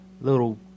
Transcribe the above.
little